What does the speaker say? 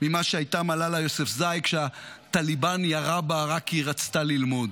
ממה שהייתה מללה יוספזאי כשהטליבן ירה בה רק כי היא רצתה ללמוד.